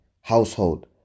household